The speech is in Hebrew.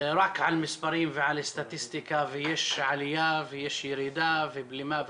רק על מספרים ועל סטטיסטיקה ויש עלייה ויש ירידה ובלימה וכו',